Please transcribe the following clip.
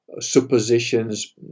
suppositions